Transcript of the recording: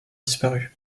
disparu